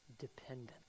dependent